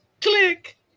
click